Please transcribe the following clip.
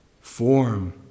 Form